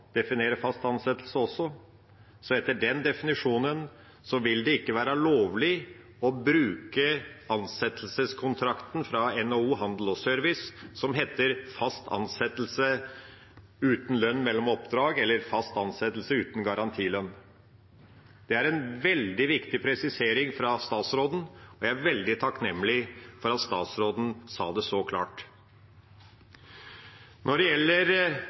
definere fast ansettelse, vil det ikke være lovlig å bruke ansettelseskontrakten fra NHO Service og Handel om fast ansettelse uten lønn mellom oppdrag eller fast ansettelse uten garantilønn. Det er en veldig viktig presisering fra statsrådens side, og jeg er veldig takknemlig for at statsråden sa det så klart. Når det gjelder